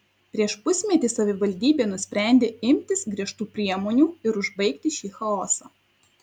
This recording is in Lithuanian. prieš pusmetį savivaldybė nusprendė imtis griežtų priemonių ir užbaigti šį chaosą